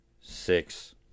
Six